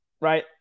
right